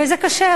וזה קשה,